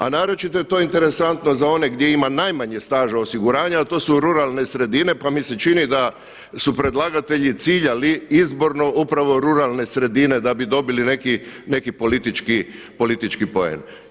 A naročito je to interesantno za one gdje ima najmanje staža osiguranja a to su ruralne sredine pa mi se čini da su predlagatelji ciljali izborno upravo ruralne sredine da bi dobili neki politički poen.